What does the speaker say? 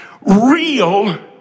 real